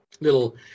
little